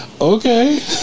Okay